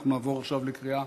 אנחנו נעבור עכשיו לקריאה